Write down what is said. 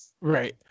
Right